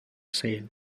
sale